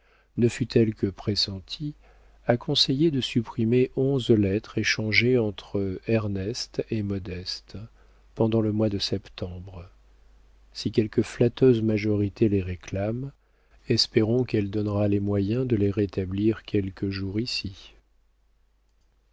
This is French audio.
ne fût-elle que pressentie a conseillé de supprimer onze lettres échangées entre ernest et modeste pendant le mois de septembre si quelque flatteuse majorité les réclame espérons qu'elle donnera les moyens de les rétablir quelque jour ici